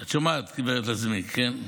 את שומעת, גב' לזימי, כן?